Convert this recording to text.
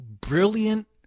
brilliant